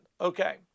Okay